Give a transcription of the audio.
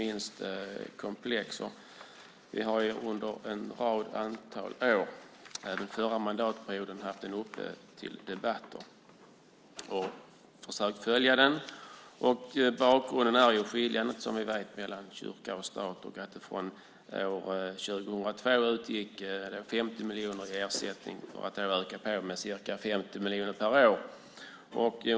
Vi har haft den uppe till debatt under ett antal år, även under den förra mandatperioden, och försökt följa den. Bakgrunden är skiljandet av kyrka och stat. Från år 2002 utgick 50 miljoner i ersättning. Det skulle ökas på med ca 50 miljoner per år.